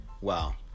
Wow